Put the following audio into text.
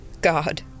God